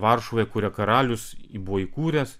varšuvoje kurią karalius buvo įkūręs